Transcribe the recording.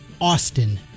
Austin